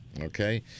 okay